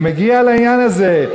אני מגיע לעניין הזה.